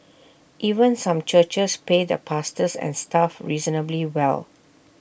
even some churches pay the pastors and staff reasonably well